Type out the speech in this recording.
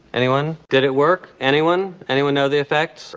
anyone? did it work? anyone anyone know the effects?